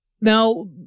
Now